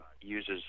uses